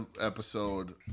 episode